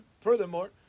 furthermore